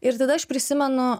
ir tada aš prisimenu